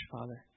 Father